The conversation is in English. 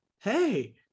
hey